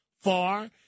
far